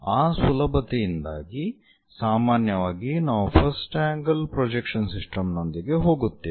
ಆ ಸುಲಭತೆಯಿಂದಾಗಿ ಸಾಮಾನ್ಯವಾಗಿ ನಾವು ಫಸ್ಟ್ ಆಂಗಲ್ ಪ್ರೊಜೆಕ್ಷನ್ ಸಿಸ್ಟಮ್ ನೊಂದಿಗೆ ಹೋಗುತ್ತೇವೆ